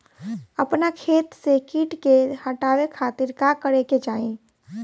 अपना खेत से कीट के हतावे खातिर का करे के चाही?